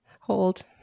hold